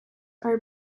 are